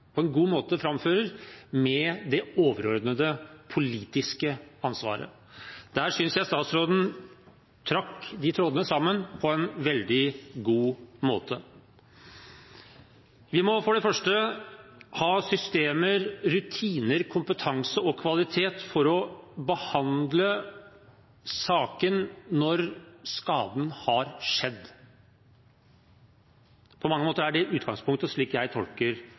på en god måte framfører, med det overordnede politiske ansvaret. Der synes jeg statsråden trakk de trådene sammen på en veldig god måte. Vi må for det første ha systemer, rutiner, kompetanse og kvalitet for å behandle saken når skaden har skjedd. På mange måter er det utgangspunktet, slik jeg tolker